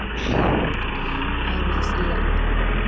और जैसे